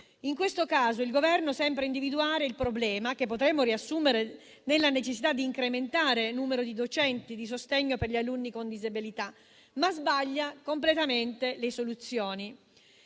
In questo caso, il Governo sembra individuare il problema che potremmo riassumere nella necessità di incrementare il numero di docenti di sostegno per gli alunni con disabilità, ma sbaglia completamente le soluzioni.